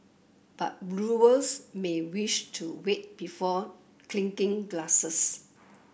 but brewers may wish to wait before clinking glasses